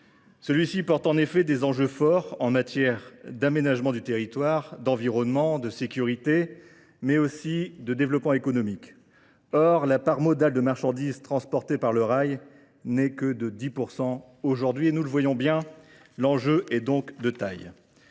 Celui-ci porte en effet des enjeux forts en matière d'aménagement du territoire, d'environnement, de sécurité, mais aussi de développement économique. Or, la part modale de marchandises transportée par le rail n'est que de 10%. Aujourd'hui, nous le voyons bien, l'enjeu est donc de taille.